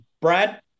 Brad